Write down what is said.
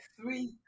three